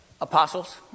apostles